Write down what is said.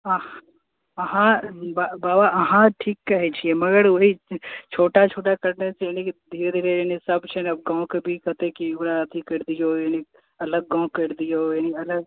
हँ हाँ बा बाबा अहाँ ठीक कहैत छियै मगर ओहि छोटा छोटा करने से लेकिन धीरे धीरे यानि सभ छै ने गाँव कऽ भी कहतै कि ओकरा अथी करि दिऔ यानि अलग गाँव करि दिऔ यानि अलग